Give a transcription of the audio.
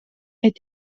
est